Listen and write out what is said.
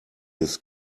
his